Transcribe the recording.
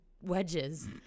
wedges